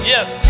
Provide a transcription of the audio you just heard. Yes